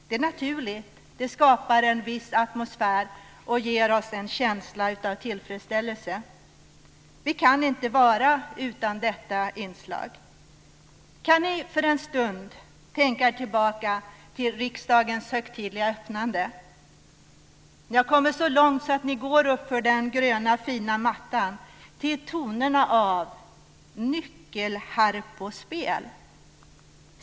Det är naturligt. Det skapar en viss atmosfär och ger oss en känsla av tillfredsställelse. Vi kan inte vara utan detta inslag. Kan ni för en stund tänka er tillbaka till riksmötets högtidliga öppnande? Ni har kommit så långt att ni går uppför den gröna fina mattan till tonerna av nyckelharpospel.